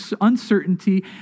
uncertainty